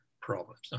problems